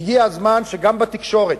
והגיע הזמן שכך יהיה גם בתקשורת.